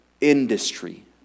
industry